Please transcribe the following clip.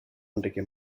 enrique